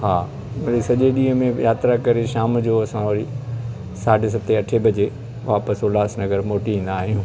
हा मिड़ई सॼे ॾींहुं में यात्रा करे शाम जो असां वरी साढे सते अठें बजे वापिसि उल्हास नगर मोटी ईंदा आहियूं